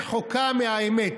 רחוקה מהאמת.